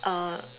err